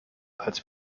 als